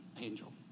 angel